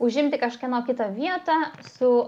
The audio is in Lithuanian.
užimti kažkieno kito vietą su